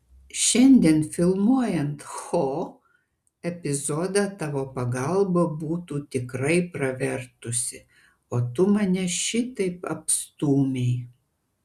šiandien filmuojant ho epizodą tavo pagalba būtų tikrai pravertusi o tu mane šitaip apstūmei